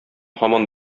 һаман